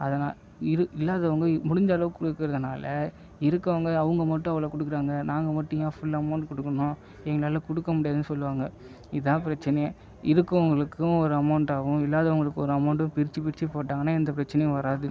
அதனால் இல்லாதவங்க முடிஞ்சளவுக்கு கொடுக்கறதுனால இருக்கிறவங்க அவங்க மட்டும் அவ்வளவு கொடுக்கறாங்க நாங்கள் மட்டும் ஏன் ஃபுல் அமௌண்ட் கொடுக்கணும் எங்களால் கொடுக்க முடியாதுன்னு சொல்லுவாங்க இது தான் பிரச்சனையே இருக்கிறவங்களுக்கு ஒரு அமௌண்ட்டாகவும் இல்லாதவங்களுக்கு ஒரு அமௌண்டாக பிரித்து பிரித்து போட்டாங்கனால் எந்த பிரச்சனையும் வராது